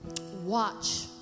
watch